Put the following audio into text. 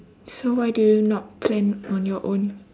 so why do you not plan on your own